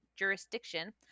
jurisdiction